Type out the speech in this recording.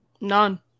none